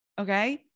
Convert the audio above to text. Okay